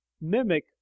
mimic